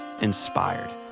Inspired